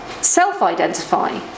self-identify